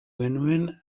genuen